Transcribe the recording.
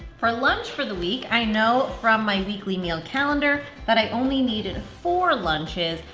for lunch for the week i know from my weekly meal calendar that i only needed four lunches,